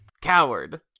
coward